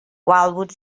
wildwood